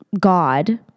God